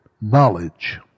knowledge